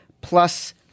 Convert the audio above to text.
plus